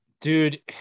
Dude